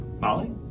Molly